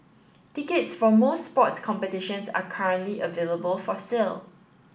tickets for most sports competitions are currently available for sale